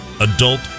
adult